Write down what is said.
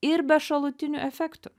ir be šalutinių efektų